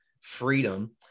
Freedom